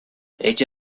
ella